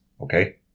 Okay